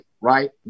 right